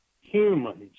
humans